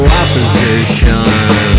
opposition